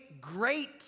great